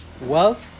wealth